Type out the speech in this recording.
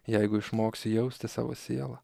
jeigu išmoksi jausti savo sielą